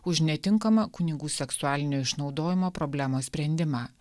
už netinkamą kunigų seksualinio išnaudojimo problemos sprendimą